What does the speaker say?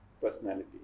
personality